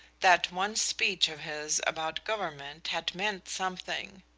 that one speech of his about government had meant something.